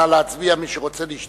נא להצביע, מי שרוצה להשתתף.